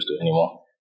anymore